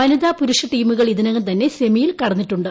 വനിതാ പുരുഷ ടീമുകൾ ഇതിനകം തന്നെ സെമിയിൽ കടന്നിട്ടുണ്ട്